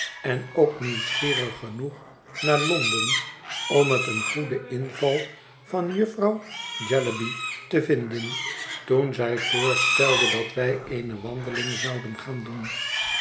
en ook nieuwsgierig genoeg naar londen om het een goeden inval van jonge jufvrouw jellyby te vinden toen zij voorstelde dat wij eene wandeling zouden gaan doen